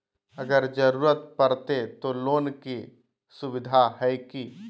अगर जरूरत परते तो लोन के सुविधा है की?